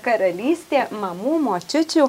karalystė mamų močiučių